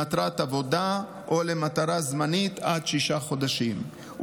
למטרת עבודה או למטרה זמנית עד שישה חודשים,